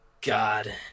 God